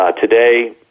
today